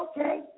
okay